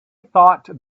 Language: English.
thought